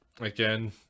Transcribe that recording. Again